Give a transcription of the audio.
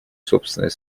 собственной